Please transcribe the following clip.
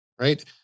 right